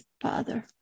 Father